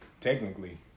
technically